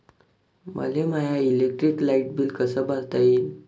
मले माय electric light bill कस भरता येईल?